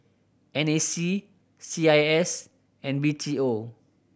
N A C C I S and B T O